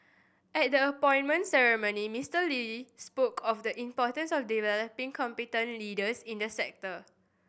at the appointment ceremony Mister Lee spoke of the importance of developing competent leaders in the sector